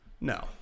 no